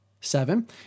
Seven